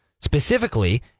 Specifically